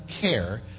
care